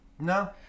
No